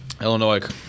Illinois